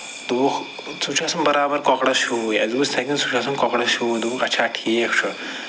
دوٚپُکھ سُہ چھُ آسان برابر کۄکرس ہِوُے اَسہِ دوٚپُس یِتھٕے کٔنۍ سُہ چھُ آسان کۅکرس ہِوُے دوٚپُکھ اَچھا ٹھیٖک چھُ